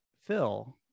Phil